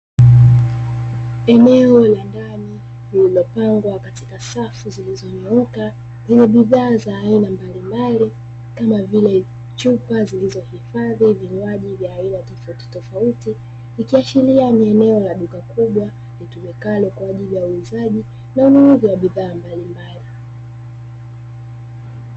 Eneo la ndani lililopangwa katika safu zilizonyooka zenye bidhaa za aina mbalimbali kama vile chupa zilizohifadhi vinywaji vya aina tofautitofauti, ikiashiria ni eneo la duka kubwa litumikalo kwa ajili ya uuzaji na ununuzi wa bidhaa mbalimbali.